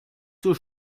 zur